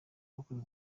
abakoze